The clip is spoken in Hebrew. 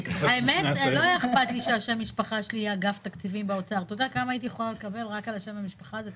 קרן הריט משכירה דירות שהיא מקבלת מהן הכנסות.